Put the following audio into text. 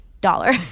dollar